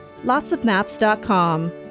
LotsOfMaps.com